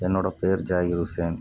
என்னோட பேர் ஜாயிர் ஹுசேன்